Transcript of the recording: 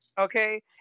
Okay